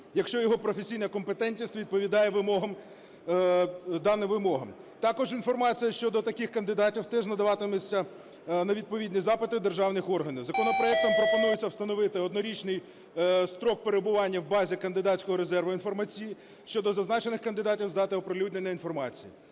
якщо його професійна компетентність відповідає даним вимогам. Також інформація щодо таких кандидатів теж надаватиметься на відповідні запити державних органів. Законопроектом пропонується встановити однорічний строк перебування в базі кандидатського резерву інформації щодо зазначених кандидатів здати оприлюднення інформації.